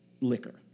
liquor